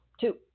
Two